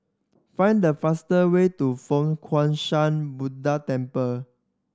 find the fastest way to Fo Guang Shan Buddha Temple